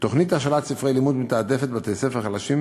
תוכנית השאלת ספרי לימוד מתעדפת בתי-ספר חלשים,